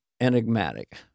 enigmatic